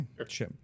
Okay